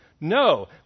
No